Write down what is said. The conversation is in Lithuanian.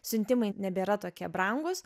siuntimai nebėra tokie brangūs